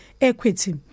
equity